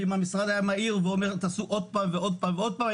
ואם המשרד היה מעיר ואומר: תעשו עוד פעם ועוד פעם ועוד פעם,